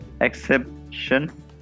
exception